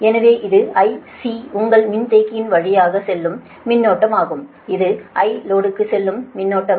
எனவே இது IC உங்கள் மின்தேக்கியின் வழியாக செல்லும் மின்னோட்டம் ஆகும் இது I லோடுக்கு செல்லும் மின்னோட்டம்